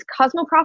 Cosmoprof